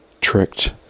tricked